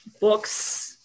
books